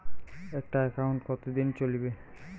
একটা একাউন্ট কতদিন চলিবে?